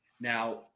Now